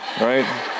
right